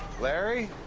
larry?